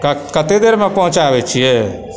कतए देरमे पहुँचाबय छियै